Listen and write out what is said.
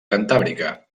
cantàbrica